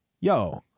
yo